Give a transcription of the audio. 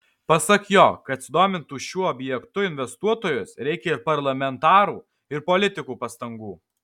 pasak jo kad sudomintų šiuo objektu investuotojus reikia ir parlamentarų ir politikų pastangų